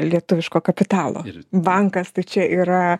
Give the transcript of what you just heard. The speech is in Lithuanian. lietuviško kapitalo bankas tai čia yra